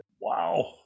Wow